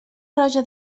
roja